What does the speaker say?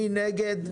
מי נגד?